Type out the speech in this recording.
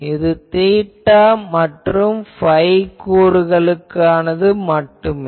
இது தீட்டா மற்றும் phi கூறுகளுக்கு மட்டுமே